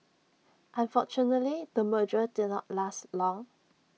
unfortunately the merger did not last long